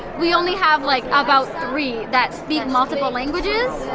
we only have like ah about three that speak multiple languages.